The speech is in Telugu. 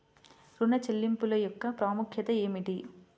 ఋణ చెల్లింపుల యొక్క ప్రాముఖ్యత ఏమిటీ?